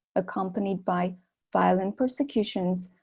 accompanied by violent persecutions,